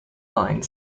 line